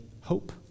hope